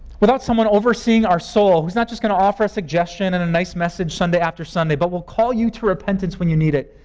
without someone overseeing our soul who's not just going to offer a suggestion and a nice message sunday after sunday, but will call you to repentance when you need it,